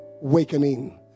wakening